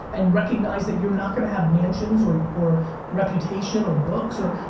and recognize that you're not going to have mansions or or reputation or books or,